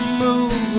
move